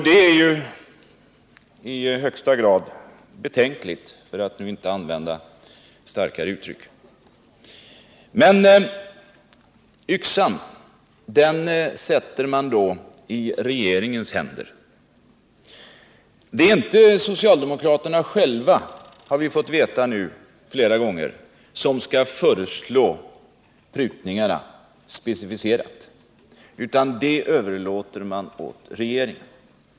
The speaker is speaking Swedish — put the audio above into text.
Det är ju i högsta grad betänkligt, för att inte använda starkare uttryck. Men yxan sätter man i regeringens händer. Det är inte socialdemokraterna själva, har vi fått veta nu flera gånger, som skall föreslå specificerade prutningar. Det överlåter man åt regeringen.